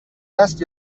است